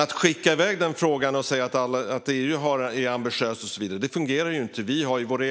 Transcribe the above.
Att skicka iväg frågan och säga att EU är ambitiöst fungerar inte. Vi har ju våra